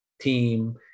team